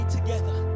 together